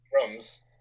drums